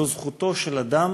זו זכותו של אדם